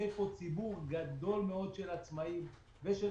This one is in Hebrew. יש פה ציבור גדול מאוד של עצמאים ושל